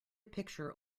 picture